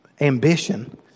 ambition